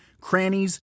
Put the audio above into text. crannies